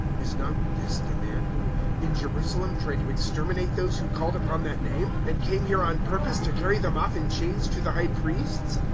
is not this the man who in jerusalem tried to exterminate those who called upon that name, and came here on purpose to carry them off in chains to the high priests?